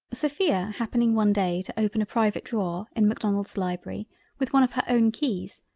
sophia happening one day to open a private drawer in macdonald's library with one of her own keys,